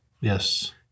Yes